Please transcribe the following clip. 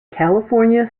california